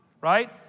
right